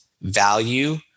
value